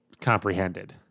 comprehended